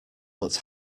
but